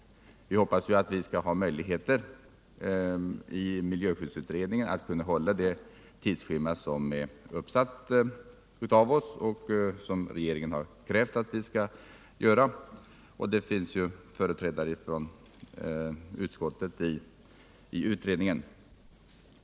Vi hoppas att miljöskyddsutredningen skall ha möjlighet att hålla det tidsschema som är uppsatt och som regeringen har krävt att utredningen skall hålla. Det finns företrädare för utskottet i utredningen.